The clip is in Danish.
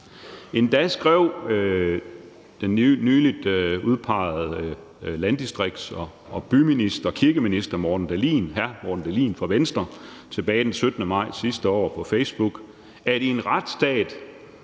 Endda skrev den nylig udpegede minister for byer og landdistrikter og kirkeminister, hr. Morten Dahlin fra Venstre, tilbage den 17. maj sidste år på Facebook: »I en retsstat